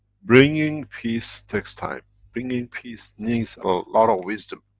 bringing peace takes time. bringing peace needs a lot of wisdom